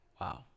Wow